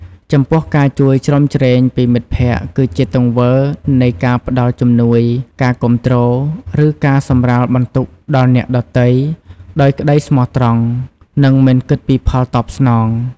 ចំពោះ ការជួយជ្រោមជ្រែងពីមិត្តភក្ដិ គឺជាទង្វើនៃការផ្តល់ជំនួយ ការគាំទ្រ ឬការសម្រាលបន្ទុកដល់អ្នកដទៃ ដោយក្តីស្មោះត្រង់ និងមិនគិតពីផលតបស្នង។